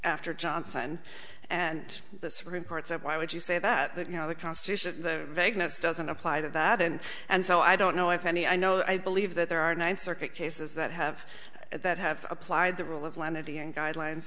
after johnson and the supreme court said why would you say that that you know the constitution vagueness doesn't apply to that and and so i don't know if any i know i believe that there are ninth circuit cases that have that have applied the rule of lenity and guidelines